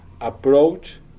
approach